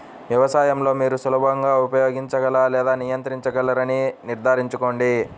వ్యవసాయం లో మీరు సులభంగా ఉపయోగించగల లేదా నియంత్రించగలరని నిర్ధారించుకోండి